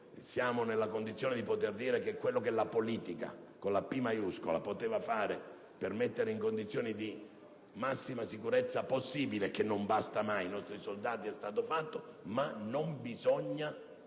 siamo nella condizione di poter dire che quello che la politica (con la P maiuscola) poteva fare per mettere in condizione di massima sicurezza possibile (che non basta mai) i nostri soldati è stato fatto; ma non bisogna